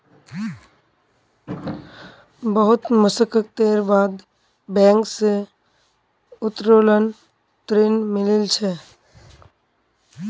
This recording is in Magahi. बहुत मशक्कतेर बाद बैंक स उत्तोलन ऋण मिलील छ